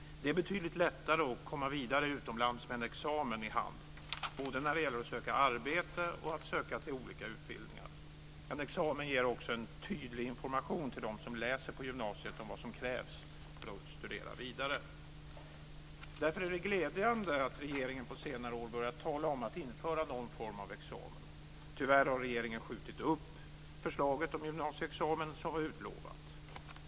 Det är betydligt lättare att komma vidare utomlands med en examen i hand både när det gäller att söka arbete och att söka till olika utbildningar. En examen ger också en tydlig information till dem som läser på gymnasiet om vad som krävs för att studera vidare. Därför är det glädjande att regeringen på senare år börjat tala om att införa någon form av examen. Tyvärr har regeringen skjutit upp det förslag om gymnasieexamen som var utlovat.